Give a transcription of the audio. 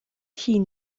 hŷn